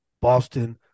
Boston